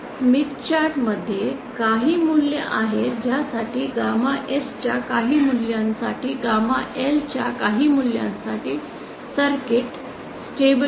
Smith chart मध्ये काही मूल्य आहे ज्यासाठी गॅमा S च्या काही मूल्यांसाठी आणि गामा L च्या काही मूल्यांसाठी सर्किट स्टेबल आहे